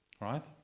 Right